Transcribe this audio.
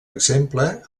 exemple